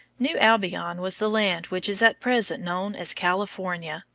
new albion was the land which is at present known as california,